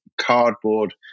cardboard